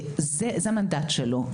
זה המנדט שלו,